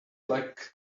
like